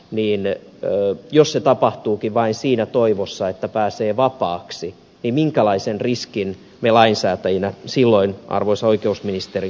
mutta jos se tapahtuukin vain siinä toivossa että pääsee vapaaksi niin minkälaisen riskin me lainsäätäjinä silloin arvoisa oikeusministeri otamme